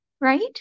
right